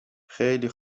خیلی